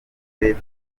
leta